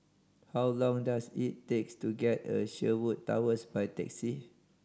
how long does it takes to get a Sherwood Towers by taxi